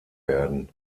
werden